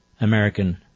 American